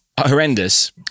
horrendous